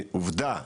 עובדה,